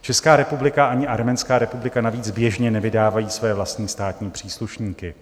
Česká republika ani Arménská republika navíc běžně nevydávají své vlastní státní příslušníky.